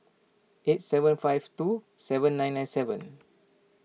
eight seven five two seven nine nine seven